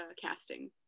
casting